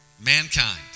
mankind